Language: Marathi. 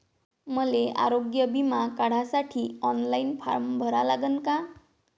मले आरोग्य बिमा काढासाठी ऑनलाईन फारम भरा लागन का?